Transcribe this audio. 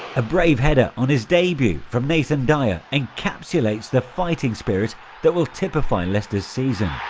a brave header, on his debut, from nathan dyer encapsulates the fighting spirit that will typify leicester's season.